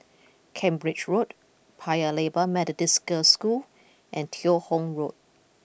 Cambridge Road Paya Lebar Methodist Girls' School and Teo Hong Road